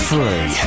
Free